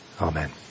Amen